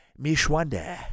Mishwanda